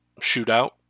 shootout